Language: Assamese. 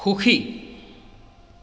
সুখী